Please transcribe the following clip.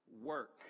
work